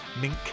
Mink